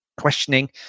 questioning